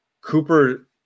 Cooper